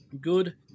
good